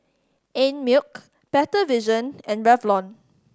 Einmilk Better Vision and Revlon